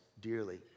dearly